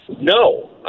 No